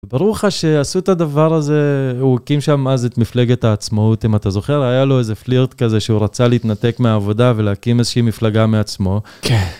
ברר לך שעשו את הדבר הזה, הוא הקים שם אז את מפלגת העצמאות אם אתה זוכר, היה לו איזה פלירט כזה שהוא רצה להתנתק מהעבודה ולהקים איזושהי מפלגה מעצמו. כן.